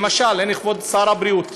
למשל, הנה כבוד שר הבריאות,